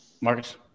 Marcus